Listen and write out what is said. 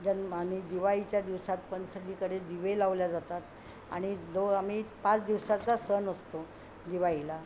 जन्म आणि दिवाळीच्या दिवसात पण सगळीकडे दिवे लावल्या जातात आणि जो आम्ही पाच दिवसाचा सण असतो दिवाळीला